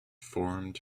formed